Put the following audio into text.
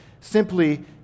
simply